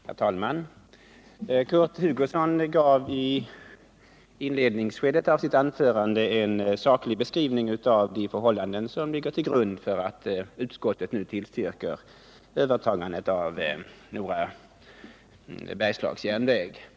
Herr talman! Kurt Hugosson gav i inledningsskedet av sitt anförande en saklig beskrivning av de förhållanden som ligger till grund för att utskottet nu tillstyrker ett statligt övertagande av Nora Bergslags Järnvägs AB.